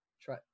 try